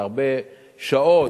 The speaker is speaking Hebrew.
בהרבה שעות.